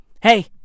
Hey